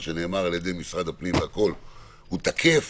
מה שנאמר על משרד הפנים, הוא תקף